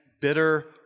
bitter